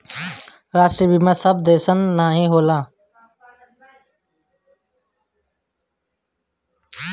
राष्ट्रीय बीमा सब देसन मे नाही होला